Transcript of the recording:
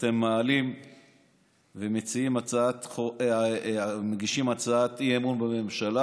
אתם מעלים ומגישים הצעת אי-אמון בממשלה